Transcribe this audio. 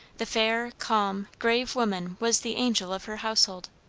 the fair, calm, grave woman was the angel of her household.